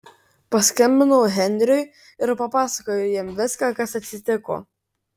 paskambinau henriui ir papasakojau jam viską kas atsitiko